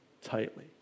tightly